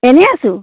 এনে আছোঁ